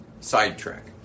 sidetrack